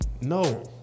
No